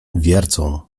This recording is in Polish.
wiercą